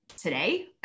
today